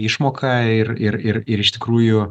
išmoka ir ir ir ir iš tikrųjų